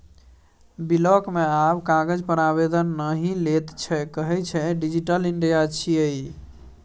block मे आब कागज पर आवेदन नहि लैत छै कहय छै डिजिटल इंडिया छियै ई